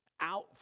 out